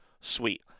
Sweet